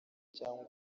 cyangwa